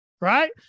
right